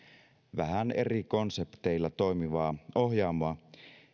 vähän eri konsepteilla toimivaa ohjaamoa